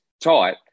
tight